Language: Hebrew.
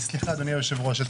סליחה, אדוני היושב-ראש.